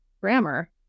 grammar